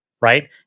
right